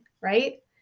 Right